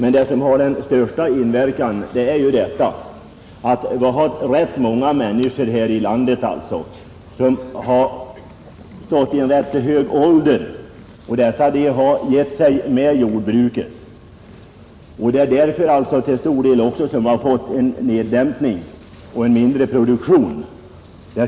Vad som har den största inverkan är dock att rätt många människor här i landet i ganska hög ålder har upphört med jordbruket. Vi skall ha klart för oss att det också till stor del är därför som vi har fått en minskning av produktionen.